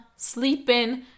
Sleeping